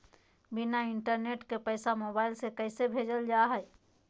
बिना इंटरनेट के पैसा मोबाइल से कैसे भेजल जा है?